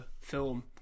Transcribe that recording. film